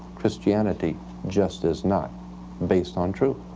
christianity just is not based on truth.